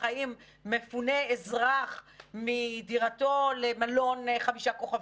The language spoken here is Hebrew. האם מפונה אזרח מדירתו למלון חמישה כוכבים.